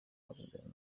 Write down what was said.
masezerano